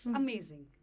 amazing